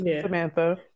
Samantha